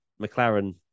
McLaren